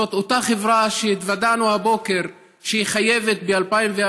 זאת אותה חברה שהתוודענו הבוקר לכך שב-2014